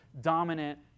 dominant